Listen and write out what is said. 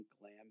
glam